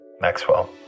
Maxwell